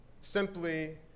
simply